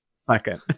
Second